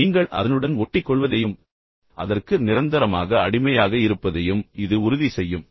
நீங்கள் அதனுடன் ஒட்டிக்கொள்வதையும் அதற்கு நிரந்தரமாக அடிமையாக இருப்பதையும் இது உறுதி செய்யும்